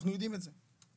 אנחנו יודעים את זה.